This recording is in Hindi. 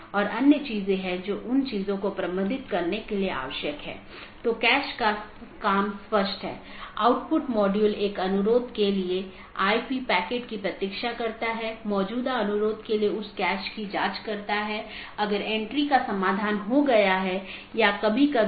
एक ज्ञात अनिवार्य विशेषता एट्रिब्यूट है जोकि सभी BGP कार्यान्वयन द्वारा पहचाना जाना चाहिए और हर अपडेट संदेश के लिए समान होना चाहिए